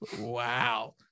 Wow